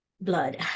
blood